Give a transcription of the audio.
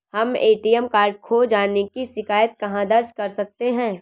हम ATM card खो जाने की शिकायत कहाँ दर्ज कर सकते हैं?